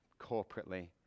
corporately